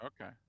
Okay